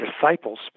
disciples